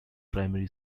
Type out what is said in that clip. primary